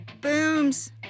booms